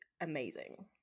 amazing